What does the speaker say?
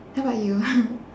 how bout you